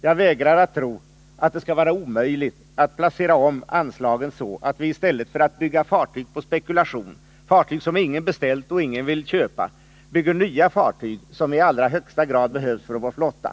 Jag vägrar att tro att det skall vara omöjligt att placera om anslagen så, att vi i stället för att bygga fartyg på spekulation, fartyg som ingen beställt och som ingen vill köpa, bygger nya fartyg, som i allra högsta grad behövs för vår flotta.